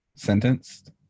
sentenced